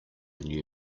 new